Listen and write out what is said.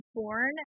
born